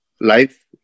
life